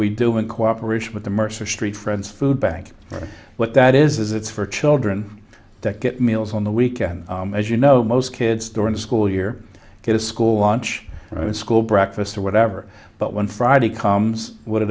we do in cooperation with the mercer street friends food bank what that is it's for children that get meals on the weekend as you know most kids during the school year get a school lunch and school breakfast or whatever but when friday comes what do